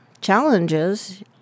challenges